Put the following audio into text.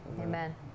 Amen